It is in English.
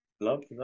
love